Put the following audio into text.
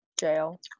Jail